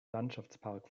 landschaftspark